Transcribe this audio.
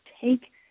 take